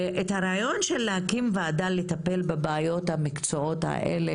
לעניין הרעיון של להקים ועדה על מנת שתטפל בבעיות המקצועיות האלה